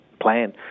plan